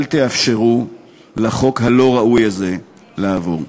אל תאפשרו לחוק הלא-ראוי הזה לעבור.